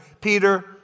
Peter